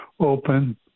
open